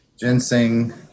ginseng